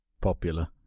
popular